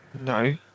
No